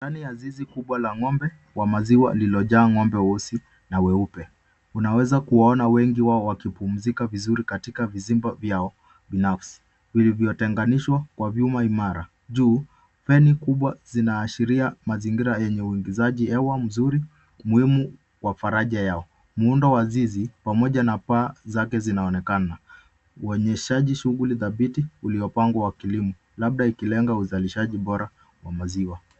Ndani ya zizi kubwa la ng’ombe wa maziwa lililojaa ng’ombe weusi na weupe. Unaweza kuona wengi wao wakipumzika vizuri katika vizimba vyao binafsi vilivyotenganishwa kwa vyuma imara. Juu, feni kubwa zinaashiria mazingira yenye uingizaji hewa mzuri muhimu wa faraja yao. Muundo wa zizi, pamoja na paa zake zinaonekana, uonyeshaji shughuli thabiti uliyopangwa wa kilimo, labda ikilenga uzalishaji bora wa maziwa.